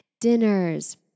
dinners